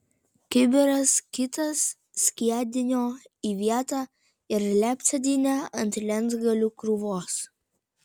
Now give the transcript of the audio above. kibiras kitas skiedinio į vietą ir lept sėdynę ant lentgalių krūvos